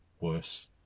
worse